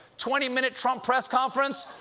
twenty minute trump press conference?